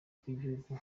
tw’igihugu